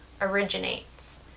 originates